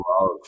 Love